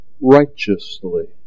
righteously